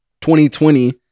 2020